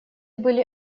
были